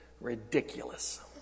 ridiculous